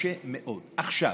נמצאים במצב קשה מאוד עכשיו.